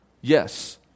Yes